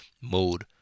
mode